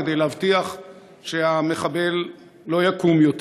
כדי להבטיח שהמחבל לא יקום יותר.